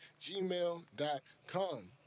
gmail.com